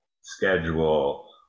schedule